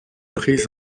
prise